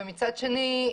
מצד שני,